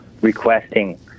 requesting